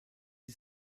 die